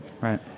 right